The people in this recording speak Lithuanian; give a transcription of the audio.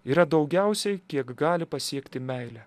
yra daugiausiai kiek gali pasiekti meilė